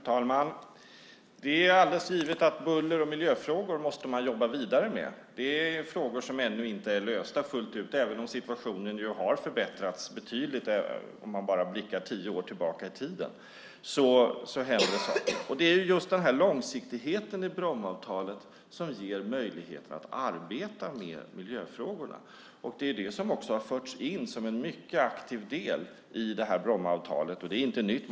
Fru talman! Det är alldeles givet att man måste jobba vidare med buller och miljöfrågor. Det är frågor som ännu inte är lösta fullt ut även om situationen har förbättrats betydligt. Om man bara blickar tio år tillbaka i tiden har det hänt saker. Det är just långsiktigheten i Brommaavtalet som ger möjligheten att arbeta med miljöfrågorna. Det har också förts in som en mycket aktiv del i Brommaavtalet. Det är inte nytt.